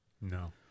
No